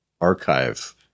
Archive